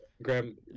Graham